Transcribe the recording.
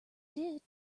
did